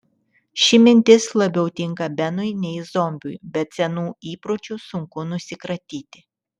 ši mintis labiau tinka benui nei zombiui bet senų įpročių sunku nusikratyti